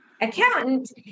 accountant